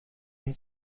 این